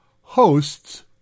hosts